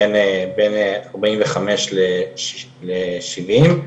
בין ארבעים וחמש לשבעים,